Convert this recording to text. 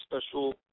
special